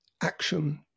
action